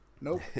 Nope